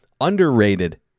underrated